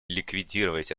ликвидировать